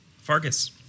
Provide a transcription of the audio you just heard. Fargus